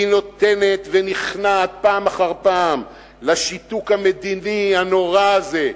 היא נותנת ונכנעת פעם אחר פעם לשיתוק המדיני הנורא הזה.